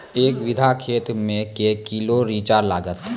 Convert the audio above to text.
एक बीघा खेत मे के किलो रिचा लागत?